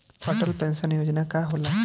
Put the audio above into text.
Atal pension Yojana का होला?